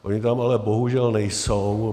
Ony tam ale bohužel nejsou.